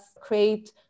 create